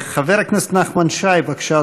חבר הכנסת נחמן שי, בבקשה,